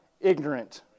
ignorant